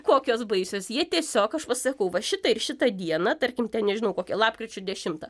kokios baisios jie tiesiog aš va sakau va šitą ir šitą dieną tarkim nežinau kokią lapkričio dešimtą